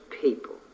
people